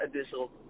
additional